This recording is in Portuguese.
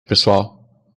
pessoal